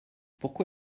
pourquoi